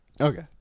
Okay